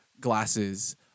glasses